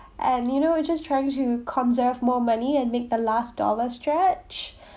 and you know it just trying to conserve more money and make the last dollar stretch